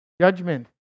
Judgment